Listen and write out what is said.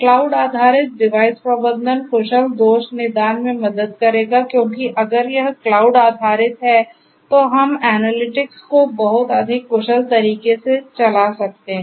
cloud आधारित device प्रबंधन कुशल दोष निदान में मदद करेगा क्योंकि अगर यह क्लाउड आधारित है तो हम एनालिटिक्स को बहुत अधिक कुशल तरीके से चला सकते हैं